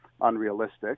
unrealistic